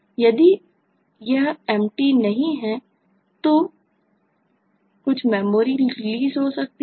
यदि यह empty नहीं है तो कुछ मेमोरी रिलीज़ हो सकती है